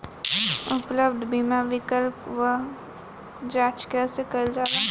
उपलब्ध बीमा विकल्प क जांच कैसे कइल जाला?